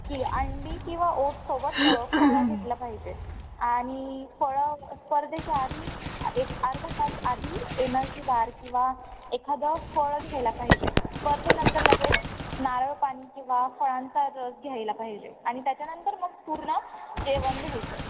की अंडी किंवा ओटसोबत फळं घेतलं पाहिजे आणि फळं स्पर्धेच्या आधी एक अर्धा तास आधी एनर्जी बार किंवा एखादं फळं घ्यायला पाहिजे स्पर्धेनंतर लगेच नारळपाणी किंवा फळांचा रस घ्यायला पाहिजे आणि त्याच्यानंतर मग पूर्ण जेवण घ्यायचं